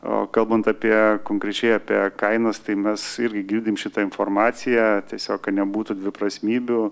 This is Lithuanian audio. o kalbant apie konkrečiai apie kainas tai mes irgi girdim šitą informaciją tiesiog nebūtų dviprasmybių